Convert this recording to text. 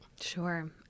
Sure